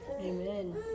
Amen